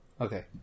Okay